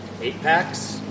eight-packs